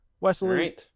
Wesley